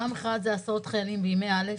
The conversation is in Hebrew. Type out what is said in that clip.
פעם אחת זה הסעות חיילים בימי א'.